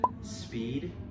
speed